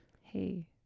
hey